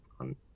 on